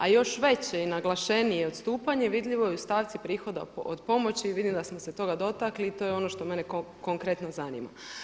A još veće i naglašenije odstupanje vidljivo je u stavci prihoda od pomoći i vidim da smo se toga dotakli i to je ono što mene konkretno zanima.